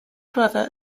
brother